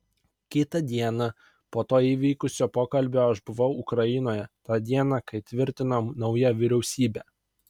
kitą dieną po to įvykusio pokalbio aš buvau ukrainoje tą dieną kai tvirtino naują vyriausybę